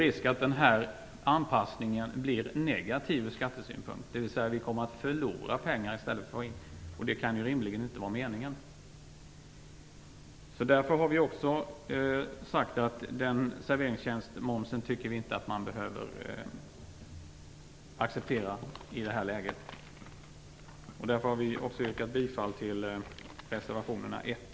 Risken är att anpassningen blir negativ ur skattesynpunkt, dvs. att vi kommer att förlora pengar i stället för att få in pengar. Det kan rimligen inte var meningen. Därför har vi också sagt att vi inte tycker att vi behöver acceptera denna serveringsmoms i det här läget. Därför vill jag yrka bifall till reservationerna 1